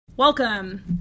Welcome